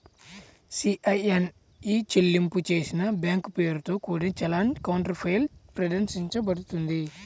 CIN ఇ చెల్లింపు చేసిన బ్యాంక్ పేరుతో కూడిన చలాన్ కౌంటర్ఫాయిల్ ప్రదర్శించబడుతుంది